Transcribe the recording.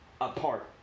apart